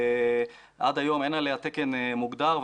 שעד היום אין עליה תקן מוגדר,